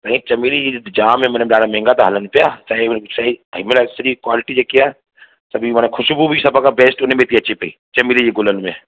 साईं चमेली इन पर ॾाढा महांगा हलनि पिया साईं हिनमहिल क्वालिटी जेकी आहे खु़शबू बि सभिनि खां बेस्ट हुनमें थी अचे पई चमेली जे गुलनि में